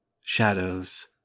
shadows